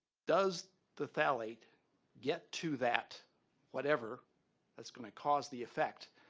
does the phthalate get to that whatever that's going to cause the effect?